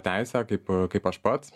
teisę kaip kaip aš pats